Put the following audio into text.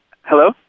Hello